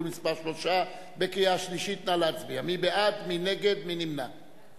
אנחנו הטלנו עליה תפקידים